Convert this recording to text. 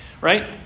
right